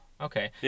okay